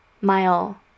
mile